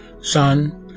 Son